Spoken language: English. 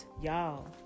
y'all